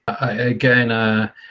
Again